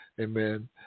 Amen